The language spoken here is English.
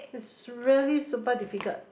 is really super difficult